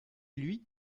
lui